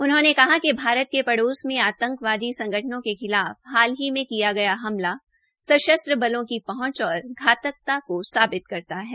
उन्होंने कहा कि भारत के पड़ोस में आंतकवादी संगठनों के खिलाफ हाल ही में किया गया हमला सशस्त्र बलों की पहुंच और धातकता को सावित करता है